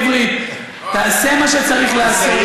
בעברית: תעשה מה שצריך לעשות,